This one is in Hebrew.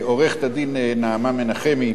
לעורכת-הדין נעמה מנחמי,